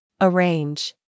Arrange